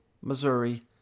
Missouri